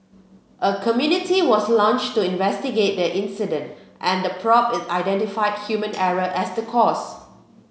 a committee was launched to investigate the incident and the probe identified human error as the cause